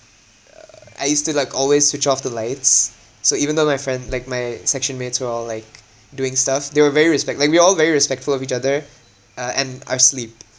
uh I used to like always switch off the lights so even though my friend like my section mates were all like doing stuff they were very respect like we are all very respectful of each other uh and our sleep